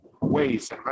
ways